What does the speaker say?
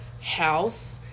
house